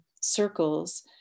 circles